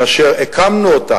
כאשר הקמנו אותה,